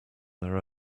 their